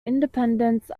independence